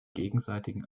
gegenseitigen